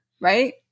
right